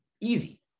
easy